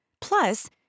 Plus